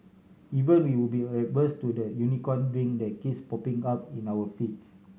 even we would be averse to that Unicorn Drink that keeps popping up in our feeds